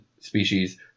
species